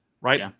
right